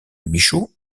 michaud